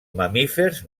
mamífers